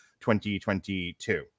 2022